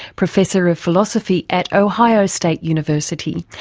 professor of philosophy at ohio state university,